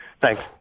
Thanks